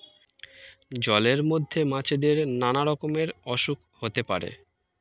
জলের মধ্যে মাছেদের নানা রকমের অসুখ হতে পারে